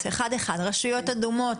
רשויות אדומות,